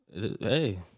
Hey